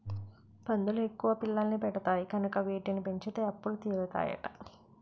పందులు ఎక్కువ పిల్లల్ని పెడతాయి కనుక వీటిని పెంచితే అప్పులు తీరుతాయట